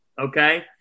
okay